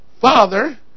father